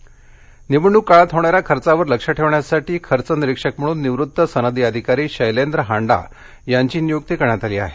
खर्च निरीक्षक निवडणूक काळात होणाऱ्या खर्चावर लक्ष ठेवण्यासाठी खर्च निरीक्षक म्हणून निवृत्त सनदी अधिकारी शैलेंद्र हांडा यांची नियुक्ती करण्यात आली आहे